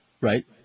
Right